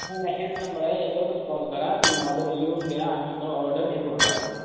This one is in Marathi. नाही नाही हेच नंबर आहे याच्यावरच कॉल करा तुम्ही ऑर्डर लिहून द्या आम्ही तो ऑर्डर हे करून टाकतो